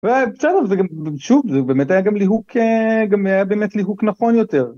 ובסדר שוב זה באמת היה גם ליהוק נכון יותר